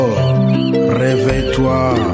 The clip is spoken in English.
Réveille-toi